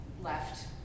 left